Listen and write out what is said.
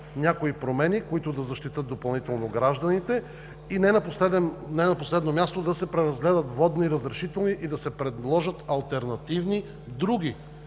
някои промени, които да защитят допълнително гражданите, и не на последно място, да се преразгледат водни разрешителни. И да се предложат алтернативни други